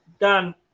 Dan